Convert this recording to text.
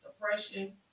depression